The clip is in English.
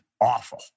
awful